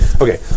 Okay